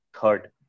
Third